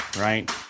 right